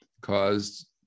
caused